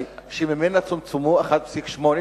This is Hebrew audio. שממנה צומצמו 1.8,